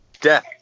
Death